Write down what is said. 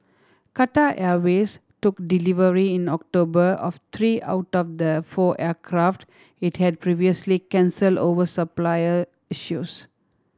Qatar Airways took delivery in October of three out of the four aircraft it had previously cancelled over supplier issues